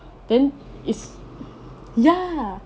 then is ya